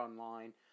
online